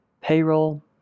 payroll